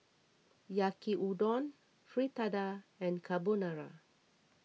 Yaki Udon Fritada and Carbonara